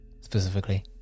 specifically